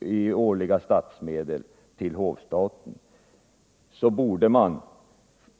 i årliga statsmedel till hovstaten, då tycker jag att man